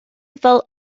fel